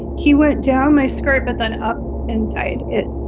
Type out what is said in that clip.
he went down my skirt but then up inside it.